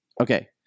Okay